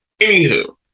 Anywho